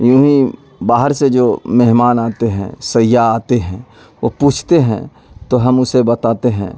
یوں ہی باہر سے جو مہمان آتے ہیں سیاح آتے ہیں وہ پوچھتے ہیں تو ہم اسے بتاتے ہیں